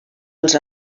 als